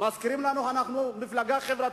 מזכירים לנו "אנחנו מפלגה חברתית"